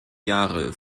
jahre